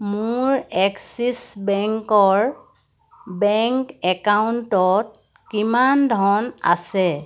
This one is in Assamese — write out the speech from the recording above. মোৰ এক্সিচ বেংকৰ বেংক একাউণ্টত কিমান ধন আছে